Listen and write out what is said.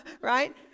Right